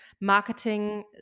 marketing